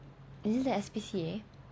is it the S_P_C_A